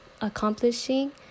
accomplishing